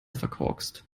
verkorkst